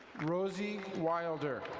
rosie wilder.